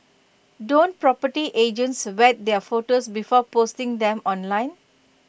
don't property agents vet their photos before posting them online